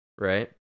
Right